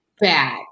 bad